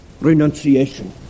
Renunciation